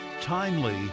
timely